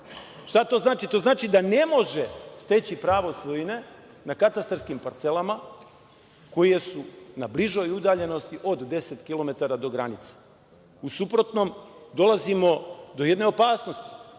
to znači? To znači da ne može steći pravo svojine na katastarskim parcelama koje su na bližoj udaljenosti od deset kilometara do granice. U suprotnom dolazimo do jedne opasnost,